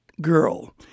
girl